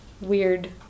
weird